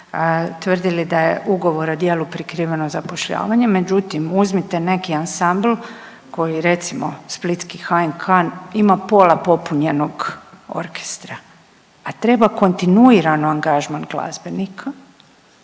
tvrdili da je ugovor o djelu prikriveno zapošljavanje međutim uzmite neki ansambl koji recimo splitski HNK ima pola popunjenog orkestra, a treba kontinuiran angažman glazbenika